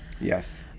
Yes